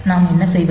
நாம் என்ன செய்வது